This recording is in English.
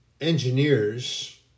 engineers